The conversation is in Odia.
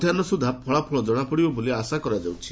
ମଧ୍ୟାହୁ ସ୍ପଦ୍ଧା ଫଳାଫଳ ଜଣାପଡ଼ିବ ବୋଲି ଆଶା କରାଯାଉଛି